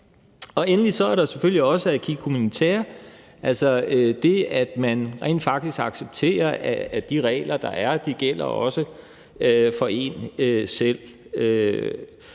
Endelig er der selvfølgelig også acquis communautaire, altså det, at man rent faktisk accepterer, at de regler, der er, også gælder for en selv.